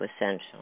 essential